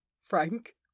Frank